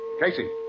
Casey